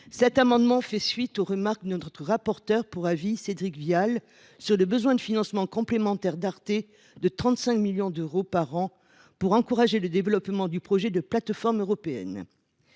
Cet amendement fait suite aux remarques de notre rapporteur pour avis Cédric Vial sur le besoin de financements complémentaires d’Arte de 35 millions d’euros par an pour encourager le développement du projet de plateforme européenne.